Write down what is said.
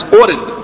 ordered